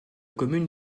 commune